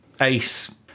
Ace